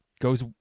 goes